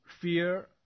Fear